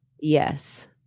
Yes